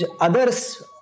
others